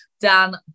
Dan